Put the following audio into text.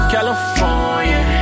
California